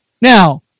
Now